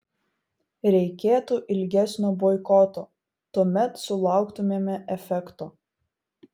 reiktų ilgesnio boikoto tuomet sulauktumėme efekto